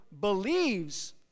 believes